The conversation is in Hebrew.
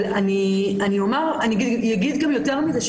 אבל אני אגיד גם יותר מזה,